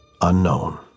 unknown